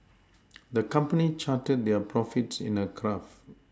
the company charted their profits in a graph